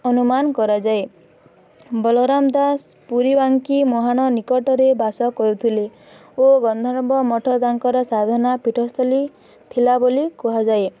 ଅନୁମାନ କରାଯାଏ ବଳରାମ ଦାସ ପୁରୀ ବାଙ୍କି ମୁହାଣ ନିକଟରେ ବାସ କରୁଥିଲେ ଓ ଗନ୍ଧର୍ବ ମଠ ତାଙ୍କର ସାଧନା ପୀଠସ୍ଥଳୀ ଥିଲା ବୋଲି କୁହାଯାଏ